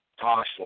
Tosh